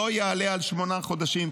לא יעלה על שמונה חודשים.